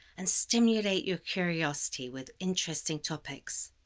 and stimulate your curiosity with interesting topics.